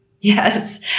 Yes